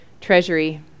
treasury